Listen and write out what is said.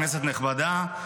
כנסת נכבדה,